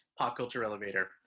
popcultureelevator